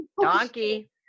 Donkey